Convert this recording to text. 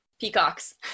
peacocks